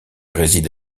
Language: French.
réside